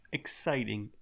exciting